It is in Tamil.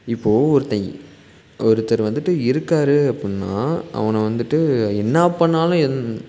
இப்போது ஒருத்தன் ஒருத்தர் வந்துட்டு இருக்காரு அப்புடின்னா அவனை வந்துட்டு என்ன பண்ணிணாலும் எந்